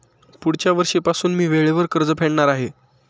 पुढच्या वर्षीपासून मी वेळेवर कर्ज फेडणार आहे